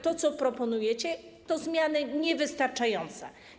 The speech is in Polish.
To, co proponujecie, to zmiany niewystarczające.